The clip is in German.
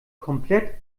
komplett